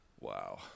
Wow